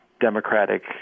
Democratic